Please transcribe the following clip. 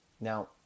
Now